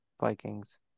Vikings